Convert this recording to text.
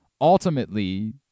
Ultimately